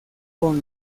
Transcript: con